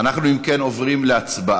אם כן, אנחנו עוברים להצבעה.